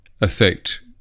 affect